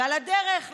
ועל הדרך,